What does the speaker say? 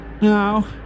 No